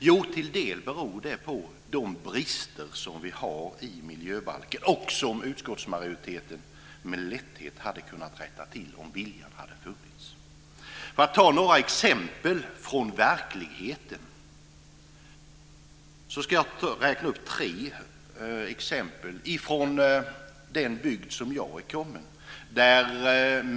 Ja, till en del beror det på de brister som finns i miljöbalken och som utskottsmajoriteten med lätthet hade kunnat rätta till om viljan hade funnits. Jag ska ta några exempel från verkligheten. Det gäller tre exempel från den bygd som jag kommer från.